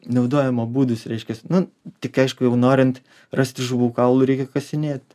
naudojimo būdus reiškias nu tik aišku jau norint rasti žuvų kaulų reikia kasinėt